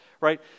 right